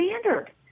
standard